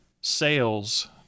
sales